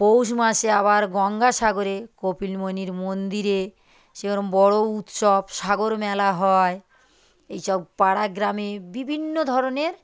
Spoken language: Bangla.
পৌষ মাসে আবার গঙ্গাসাগরে কপিল মুনির মন্দিরে সেরকম বড় উৎসব সাগর মেলা হয় এই সব পাড়া গ্রামে বিভিন্ন ধরনের